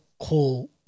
call